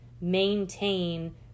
maintain